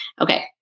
Okay